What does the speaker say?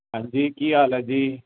ਹਾਂਜੀ ਕੀ ਹਾਲ ਹੈ ਜੀ